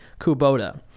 Kubota